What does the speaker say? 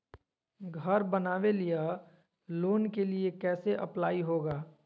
घर बनावे लिय लोन के लिए कैसे अप्लाई होगा?